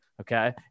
okay